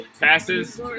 Passes